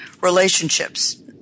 relationships